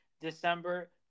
December